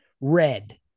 red